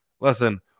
listen